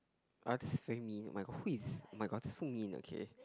ah that's very mean oh-my-god who is oh-my-god that's so mean okay